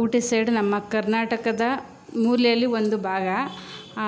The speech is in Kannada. ಊಟಿ ಸೈಡು ನಮ್ಮ ಕರ್ನಾಟಕದ ಮೂಲೆಯಲ್ಲಿ ಒಂದು ಭಾಗ